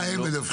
מה הם מדווחים?